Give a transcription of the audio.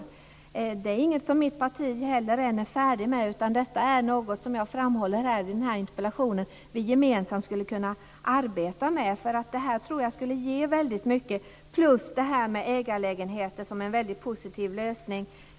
Detta är ingenting som mitt parti är färdigt med ännu, utan det är något som jag i min interpellation framhåller att vi gemensamt skulle kunna arbeta med. Jag tror nämligen att detta plus ägarlägenheter, som är en väldigt positiv lösning, skulle ge väldigt mycket.